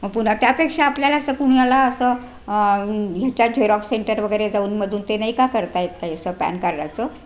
मग पुन्हा त्यापेक्षा आपल्याला असं पुण्याला असं ह्याच्यात झेरॉक्स सेंटर वगैरे जाऊन मधून ते नाही का करता येत काही असं पॅन कार्डाचं